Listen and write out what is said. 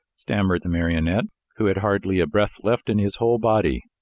stammered the marionette, who had hardly a breath left in his whole body.